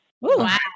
Wow